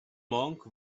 monk